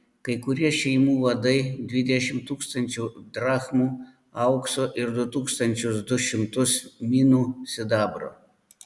kai kurie šeimų vadai dvidešimt tūkstančių drachmų aukso ir du tūkstančius du šimtus minų sidabro